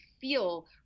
feel